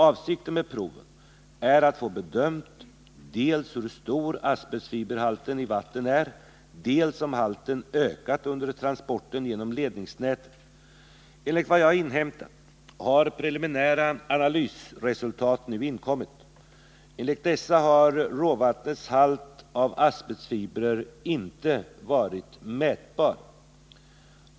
Avsikten med proven är att få bedömt dels hur stor asbestfiberhalten i vattnen är, dels om halten ökat under transporten genom ledningsnätet. Enligt vad jag inhämtat har preliminära analysresultat nu kommit. Enligt dessa har råvattnens halt av asbestfiber inte varit mätbar.